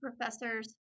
professors